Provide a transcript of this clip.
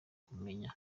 kumenya